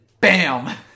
bam